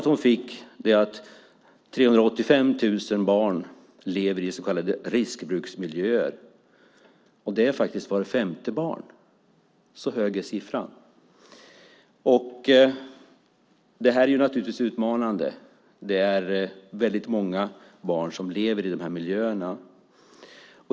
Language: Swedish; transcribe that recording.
Hon fick svaret att 385 000 barn lever i så kallade riskbruksmiljöer. Det är faktiskt vart femte barn. Så hög är siffran. Detta är naturligtvis utmanande. Det är väldigt många barn som lever i de här miljöerna.